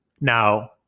Now